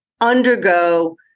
undergo